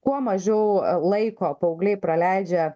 kuo mažiau laiko paaugliai praleidžia